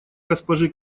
госпожи